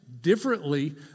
differently